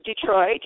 Detroit